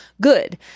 Good